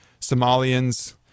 somalians